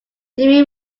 jimmy